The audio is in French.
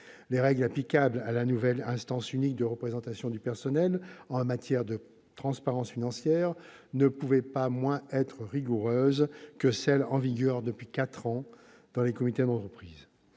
Les règles applicables à la nouvelle instance unique de représentation du personnel en matière de transparence financière ne pouvaient pas être moins rigoureuses que celles en vigueur depuis quatre ans dans les comités d'entreprise.